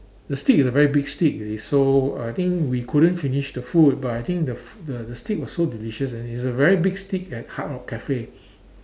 the steak is a very big steak you see so I think we couldn't finish the food but I think the f~ the the steak was so delicious and it's a very big steak at hard rock cafe